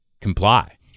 comply